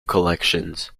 collections